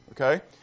Okay